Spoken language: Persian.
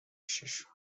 پیششون